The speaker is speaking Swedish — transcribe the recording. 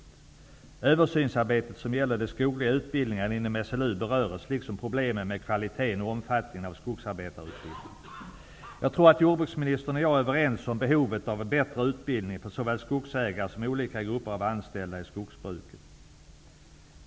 Där berörs det översynsarbete som pågår beträffande de skogliga utbildningarna inom SLU liksom problemen med kvaliteten och omfattningen av skogsarbetarutbildningen. Jag tror att jordbruksministern och jag är överens om behovet av en bättre utbildning för såväl skogsägare som olika grupper av anställda i skogsbruket.